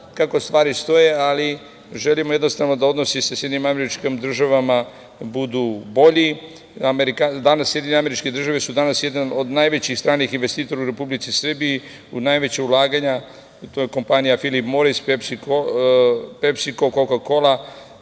kako stvari stoje, ali želimo jednostavno da odnosi sa Sjedinjenim Američkim Državama budu bolji. Sjedinjene Američke Države su danas jedan od najvećih stranih investitora u Republici Srbiji, uz najveća ulaganja. To u je kompanija „Filip Moris“, „Pepsi Ko“, „Koka-kola“,